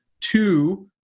Two